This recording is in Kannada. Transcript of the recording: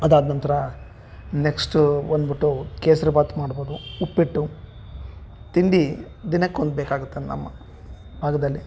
ಅದಾದನಂತ್ರ ನೆಕ್ಸ್ಟ್ ಬಂದ್ಬುಟ್ಟು ಕೇಸ್ರಿಭಾತ್ ಮಾಡ್ಬೋದು ಉಪ್ಪಿಟ್ಟು ತಿಂಡಿ ದಿನಕ್ಕೊಂದು ಬೇಕಾಗುತ್ತೆ ನಮ್ಮ ಭಾಗ್ದಲ್ಲಿ